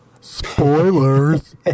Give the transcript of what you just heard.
Spoilers